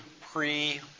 pre